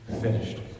finished